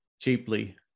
cheaply